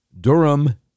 Durham